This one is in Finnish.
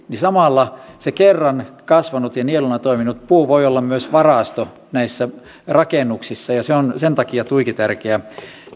niin samalla se kerran kasvanut ja nieluna toiminut puu voi olla myös varasto näissä rakennuksissa sen takia on tuiki tärkeää